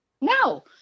no